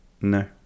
No